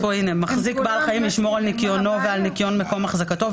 פה "מחזיק בעל חיים ישמור על ניקיונו ועל ניקיון מקום החזקתו,